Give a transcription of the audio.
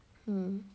mm